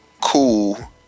cool